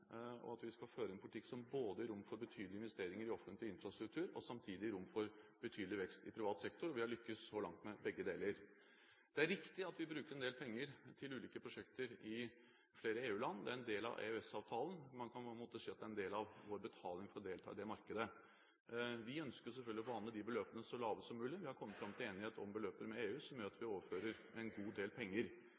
og at vi skal føre en politikk som både gir rom for betydelige investeringer i offentlig infrastruktur og samtidig gir rom for betydelig vekst i privat sektor. Vi har så langt lyktes med begge deler. Det er riktig at vi bruker en del penger til ulike prosjekter i flere EU-land, det er en del av EØS-avtalen. Man kan på mange måter si at det er en del av vår betaling for å delta i det markedet. Vi ønsker selvfølgelig å forhandle de beløpene så lave som mulig. Vi har kommet fram til enighet med EU om beløp som gjør at vi overfører en god del penger.